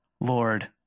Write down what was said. Lord